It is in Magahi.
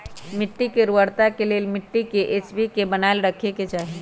मिट्टी के उर्वरता के लेल मिट्टी के पी.एच के बनाएल रखे के चाहि